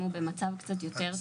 הוא במצב קצת יותר טוב.